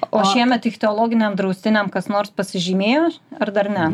o šiemet ir ichteologiniam draustiniam kas nors pasižymėjo ar dar ne